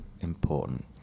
important